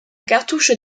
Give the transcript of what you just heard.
cartouche